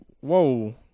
Whoa